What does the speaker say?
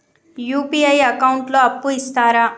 UPI account లో అప్పు ఇస్తరా?